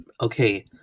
okay